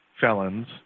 felons